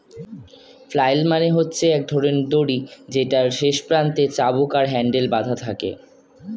flail মানে হচ্ছে এক ধরণের দড়ি যেটার শেষ প্রান্তে চাবুক আর হ্যান্ডেল বাধা থাকে